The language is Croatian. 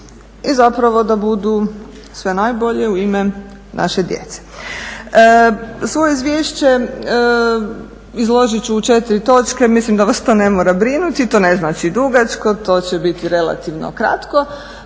i zapravo da budu sve najbolje u ime naše djece. Svoje izvješće izložit ću u četiri točke, mislim da vas to ne mora brinuti. To ne znači dugačko, to će biti relativno kratko.